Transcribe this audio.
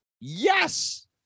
yes